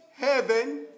heaven